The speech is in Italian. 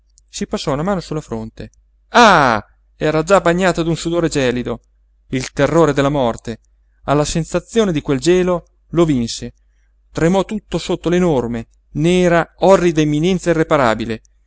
passò una mano sulla fronte ah era già bagnata d'un sudor gelido il terrore della morte alla sensazione di quel gelo lo vinse tremò tutto sotto l'enorme nera orrida imminenza irreparabile